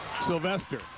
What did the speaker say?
Sylvester